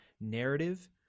narrative